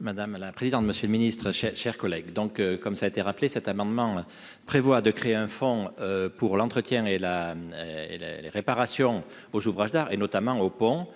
Madame la présidente, monsieur le Ministre, chers collègues, donc, comme ça été rappelé cet amendement prévoit de créer un fonds pour l'entretien et la et là les réparations aux ouvrages d'art, et notamment au pont